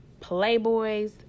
playboys